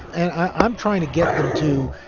and i'm trying to get them to,